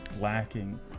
lacking